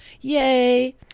Yay